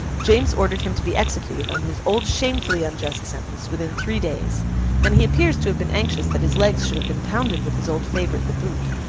james ordered him to be executed, on his old shamefully unjust sentence, within three days and he appears to have been anxious that his legs should have been pounded with his old favourite the boot.